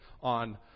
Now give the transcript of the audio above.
on